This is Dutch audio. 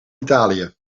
italië